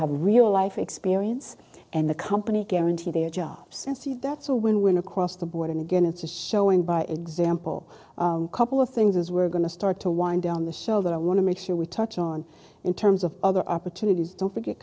have a real life experience and the company guarantee their job since you that's a win win across the board and again it's just showing by example couple of things as we're going to start to wind down the show that i want to make sure we touch on in terms of other opportunities don't